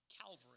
Calvary